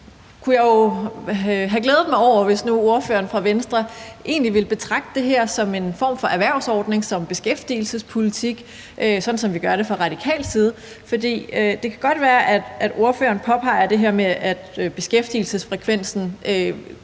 Derfor kunne jeg jo have glædet mig over, hvis nu ordføreren fra Venstre egentlig ville betragte det her som en form for erhvervsordning, som beskæftigelsespolitik, sådan som vi gør det fra radikal side. Det kan godt være, at ordføreren påpeger det her med, at beskæftigelsesfrekvensen